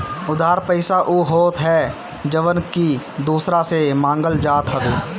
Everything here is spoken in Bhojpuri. उधार पईसा उ होत हअ जवन की दूसरा से मांगल जात हवे